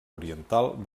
oriental